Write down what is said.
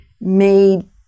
made